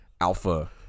alpha